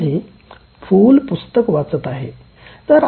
म्हणजे फूल पुस्तक वाचत आहे